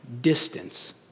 distance